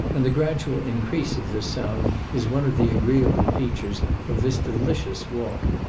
and the gradual increase of this sound is one of the agreeable features of this delicious walk.